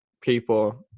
people –